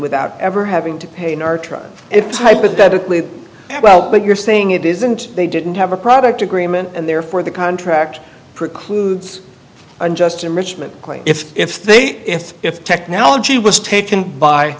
without ever having to pay in our truck if it's hypothetically well but you're saying it isn't they didn't have a product agreement and therefore the contract precludes unjust enrichment if if they if the technology was taken by